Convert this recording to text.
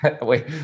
wait